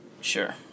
Sure